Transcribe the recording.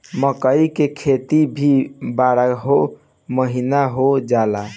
मकई के खेती भी बारहो महिना हो जाला